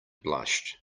blushed